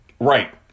Right